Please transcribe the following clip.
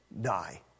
die